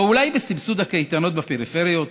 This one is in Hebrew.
או אולי בסבסוד הקייטנות בפריפריות?